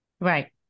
Right